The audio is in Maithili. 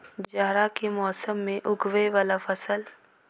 जाड़ा मौसम मे उगवय वला फसल?